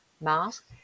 mask